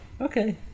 okay